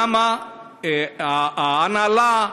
למה ההנהלה,